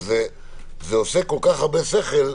זה עושה כל כך הרבה שכל,